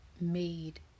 made